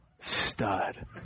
stud